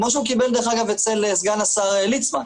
כמו שהוא קיבל דרך אגב אצל סגן השר ליצמן.